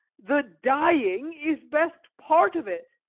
the dying is best part of it.